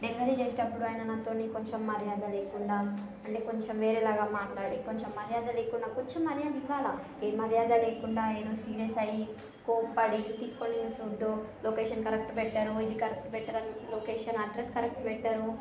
delivery చేసేటప్పుడు ఆయన నాతోని కొంచెం మర్యాద లేకుండా అంటే కొంచెం వేరే లాగా మాట్లాడే కొంచెం మర్యాద లేకుండా కొంచెం మర్యాద ఇవ్వాలా ఏ మర్యాద లేకుండా ఏదో సీరియస్ అయి కోప్పడి తీసుకోండి మీ ఫుడ్డు లొకేషన్ కరెక్ట్ పెట్టరు ఇది కరెక్ట్ పెట్టరని లొకేషన్ అడ్రస్ కరెక్ట్ పెట్టరు